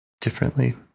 differently